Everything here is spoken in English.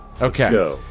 Okay